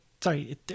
sorry